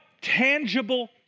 tangible